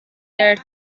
der